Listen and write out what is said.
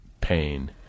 pain